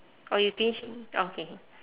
orh you finish okay